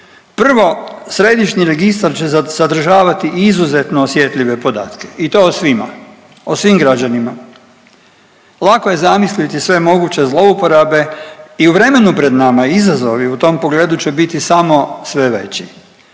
Prvo, središnji registar će sadržavati izuzetno osjetljive podatke i to o svima, o svim građanima. Lako je zamisliti sve moguće zlouporabe i u vremenu pred nama izazovi u tom pogledu će biti samo sve veći.